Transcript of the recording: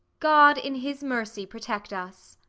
god in his mercy protect us!